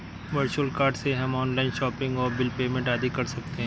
virtual card से हम online shopping और बिल पेमेंट आदि कर सकते है